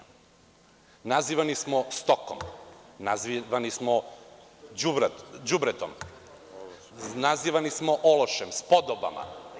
Nazivani smo stokom, nazivani smo đubretom, ološem, spodobama.